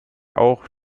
auch